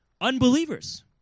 unbelievers